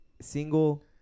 single